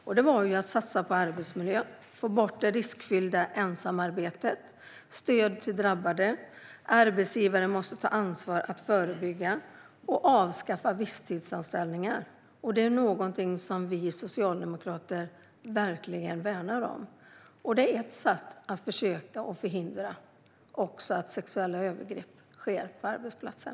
Det handlade om att satsa på arbetsmiljö, få bort det riskfyllda ensamarbetet, ge stöd till drabbade, se till att arbetsgivaren tar ansvar att förebygga och avskaffa visstidsanställningar. Allt detta är något som vi socialdemokrater verkligen värnar om. Det är olika sätt att försöka förhindra att sexuella övergrepp sker på arbetsplatsen.